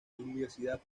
religiosidad